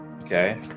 Okay